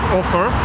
offer